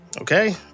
Okay